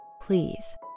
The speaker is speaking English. please